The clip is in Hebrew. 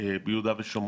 ביהודה ושומרון.